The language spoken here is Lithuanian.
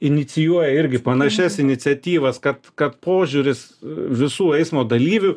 inicijuoja irgi panašias iniciatyvas kad kad požiūris visų eismo dalyvių